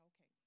okay